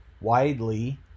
widely